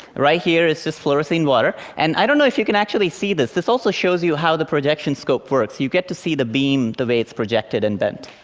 right here is just fluorescent water, and i don't know if you can actually see this. this also shows you how the projection scope works. you get to see the beam the way it's projected and bent.